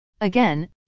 Again